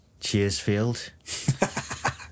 Cheersfield